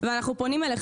ואנחנו פונים אליך.